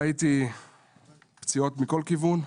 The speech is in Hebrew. ראיתי פציעות מכל כיוון,